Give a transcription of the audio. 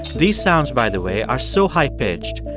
these sounds, by the way, are so high-pitched,